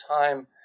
time